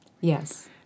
Yes